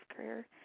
career